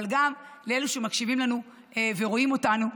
אבל גם לאלה שמקשיבים לנו ורואים אותנו,